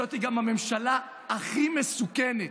זאת גם הממשלה הכי מסוכנת.